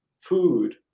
food